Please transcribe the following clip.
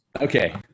Okay